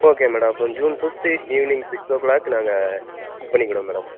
okay madam அப்போ June fifth evening six o'clock நாங்கள் book பண்ணிக்கிறோம் மேடம்